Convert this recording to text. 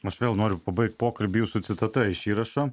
aš vėl noriu pabaigt pokalbį jūsų citata iš įrašo